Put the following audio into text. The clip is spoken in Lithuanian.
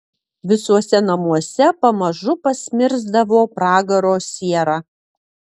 visuose namuose pamažu pasmirsdavo pragaro siera